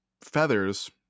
feathers